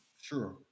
Sure